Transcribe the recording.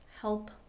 help